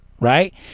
right